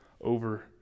over